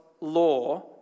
law